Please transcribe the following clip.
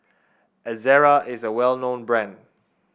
Ezerra is a well known brand